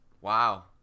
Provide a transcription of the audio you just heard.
Wow